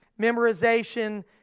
memorization